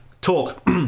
talk